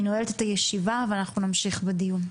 אני נועלת את הישיבה ואנחנו נמשיך בדיון.